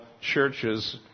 churches